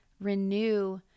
renew